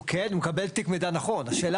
הוא מקבל תיק מידע, נכון, השאלה.